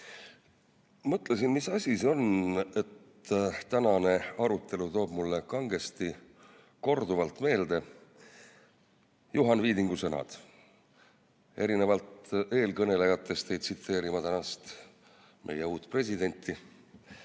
Mõtlesin, mis asi see on, et tänane arutelu toob mulle kangesti korduvalt meelde Juhan Viidingu sõnad. Erinevalt eelkõnelejatest ei tsiteeri ma täna meie uut presidenti,